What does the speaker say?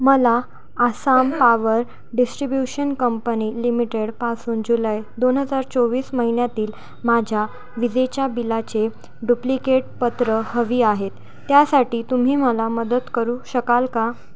मला Assam power distribution company लिमिटेडपासून जुलै दोन हजार चोवीस महिन्यातील माझ्या विजेच्या बिलाचे डुप्लिकेट प्रत हवी आहेत त्यासाठी तुम्ही मला मदत करू शकाल का